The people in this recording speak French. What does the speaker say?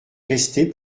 rester